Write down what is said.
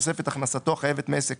בתוספת הכנסתו החייבת מעסק